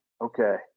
Okay